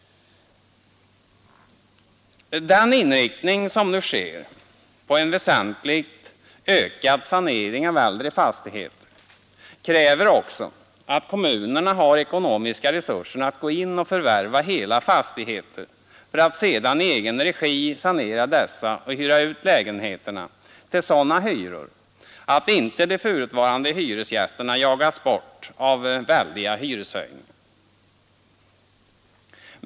Den inriktning som nu sker på en väsentligt ökad sanering av äldre fastigheter kräver också att kommunerna har ekonomiska resurser att gå in och förvärva hela fastigheter för att sedan i egen regi sanera dessa och hyra ut lägenheterna till sådana hyror att inte de förutvarande hyresgästerna jagas bort av väldiga hyreshöjningar.